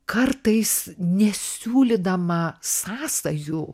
kartais nesiūlydama sąsajų